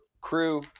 crew